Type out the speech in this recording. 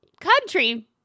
country